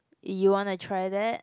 you wanna try that